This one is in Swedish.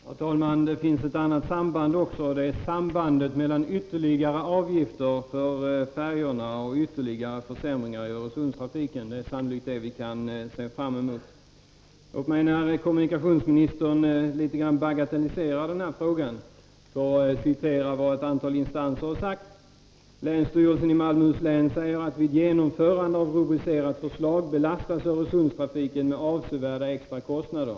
Herr talman! Det finns även ett annat samband, det är sambandet mellan ytterligare avgifter för färjorna och ytterligare försämringar i Öresundstrafiken. Det är sannolikt det vi kan se fram emot. Låt mig i samband med att kommunikationsministern bagatelliserade den här frågan litet grand få citera vad ett antal instanser har sagt. Länsstyrelsen i Malmöhus län säger att ”vid genomförande av rubricerat förslag belastas Öresundstrafiken med avsevärda extra kostnader”.